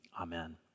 Amen